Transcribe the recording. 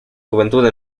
juventud